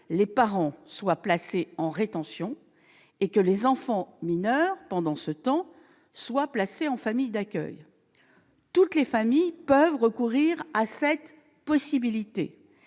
les parents soient placés en rétention. Les enfants mineurs, pendant ce temps, peuvent être placés en famille d'accueil. Toutes les familles peuvent avoir recours à cette possibilité.